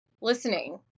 listening